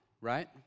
right